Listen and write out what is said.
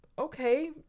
okay